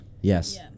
Yes